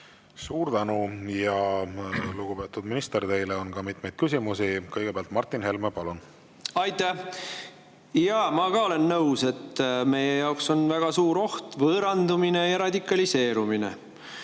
Suur tänu! Lugupeetud minister, teile on mitmeid küsimusi. Kõigepealt Martin Helme, palun! Aitäh! Jaa, ma olen nõus, et meie jaoks on väga suur oht võõrandumine ja radikaliseerumine.